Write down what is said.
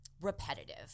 repetitive